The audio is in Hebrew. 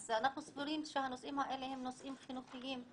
אז אנחנו סבורים שהנושאים האלה הם נושאים חינוכיים.